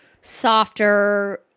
softer